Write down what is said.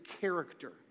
character